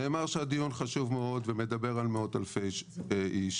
נאמר שהדיון חשוב מאוד ומדבר על מאות אלפי איש,